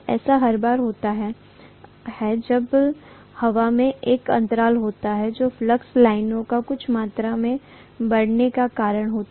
ऐसा हर बार होता है जब हवा में एक अंतराल होता है जो फ्लक्स लाइनों का कुछ मात्रा में बढ़ने का कारण होता है